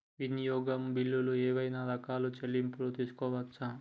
వినియోగ బిల్లులు ఏమేం రకాల చెల్లింపులు తీసుకోవచ్చు?